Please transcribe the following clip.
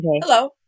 Hello